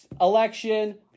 election